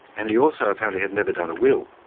and he also apparently had never done a will.